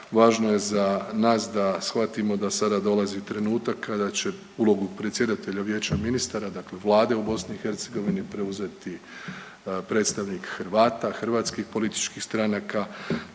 važno je za nas da shvatimo da sada dolazi trenutak kada će ulogu predsjedatelja Vijeća ministara dakle Vlade u Bosni i Hercegovini preuzeti predstavnik Hrvata, hrvatskih političkih stranaka.